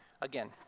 again